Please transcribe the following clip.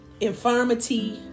infirmity